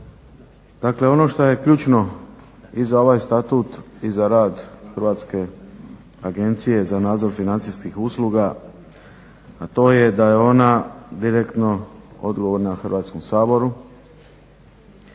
Dakle ono što je ključno i za ovaj Statut i za rad Hrvatske agencije za nadzor financijskih usluga, a to je da je ona direktno odgovorna Hrvatskom saboru,